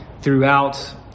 throughout